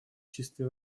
чистой